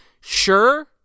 sure